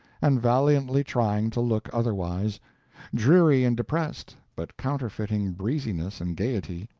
and valiantly trying to look otherwise dreary and depressed, but counterfeiting breeziness and gaiety,